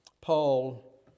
Paul